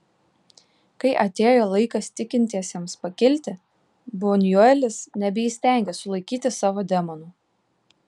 kai atėjo laikas tikintiesiems pakilti bunjuelis nebeįstengė sulaikyti savo demonų